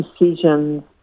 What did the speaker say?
decisions